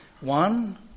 One